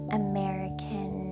american